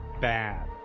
bad